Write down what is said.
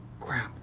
crap